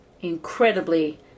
incredibly